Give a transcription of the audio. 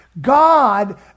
God